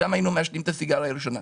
שם היינו מעשנים את הסיגריה הראשונה.